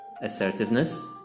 Assertiveness –